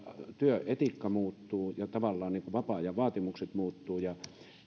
työetiikka muuttuu ja tavallaan vapaa ajan vaatimukset muuttuvat